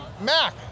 Mac